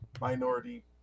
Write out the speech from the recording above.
minority